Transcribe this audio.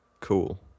cool